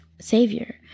savior